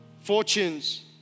fortunes